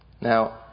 Now